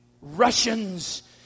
Russians